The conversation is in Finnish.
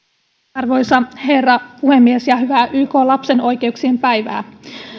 arvoisa herra puhemies hyvää ykn lapsen oikeuksien päivää